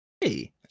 Hey